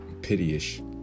pityish